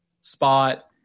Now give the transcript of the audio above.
spot